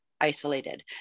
isolated